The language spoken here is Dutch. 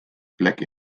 plek